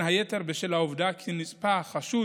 בין היתר בשל העובדה כי החשוד